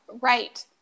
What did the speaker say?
Right